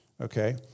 Okay